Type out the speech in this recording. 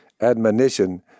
admonition